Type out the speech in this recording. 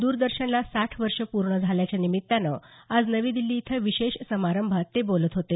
द्रदर्शनला साठ वर्ष पूर्ण झाल्याच्या निमित्तानं आज नवी दिल्ली इथं विशेष समारंभात ते बोलत होते